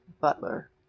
butler